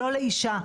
לא לאישה.